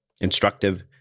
instructive